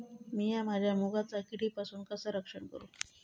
मीया माझ्या मुगाचा किडीपासून कसा रक्षण करू?